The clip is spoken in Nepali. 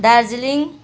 दार्जिलिङ